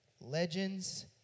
Legends